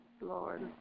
Lord